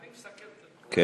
אני מסכם את, כן.